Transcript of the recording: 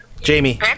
Jamie